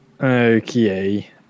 Okay